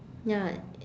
ya